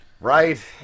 Right